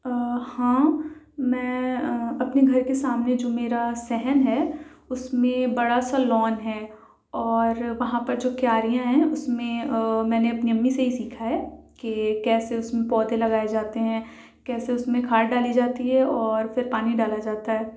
ہاں میں اپنے گھر کے سامنے جو میرا صحن ہے اس میں بڑا سا لان ہے اور وہاں پر جو کیاریاں اس میں میں نے اپنی امی سے ہی سیکھا ہے کہ کیسے اس میں پودے لگائے جاتے ہیں کیسے اس میں کھاد ڈالی جاتی ہے اور پھر پانی ڈالا جاتا ہے